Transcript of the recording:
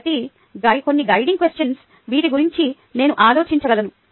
కాబట్టి ఇవి కొన్ని గైడింగ్ క్వెషన్స్ వీటి గురించి నేను ఆలోచించగలను